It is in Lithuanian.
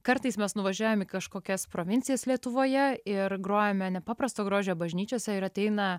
kartais mes nuvažiuojam į kažkokias provincijas lietuvoje ir grojame nepaprasto grožio bažnyčiose ir ateina